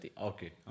Okay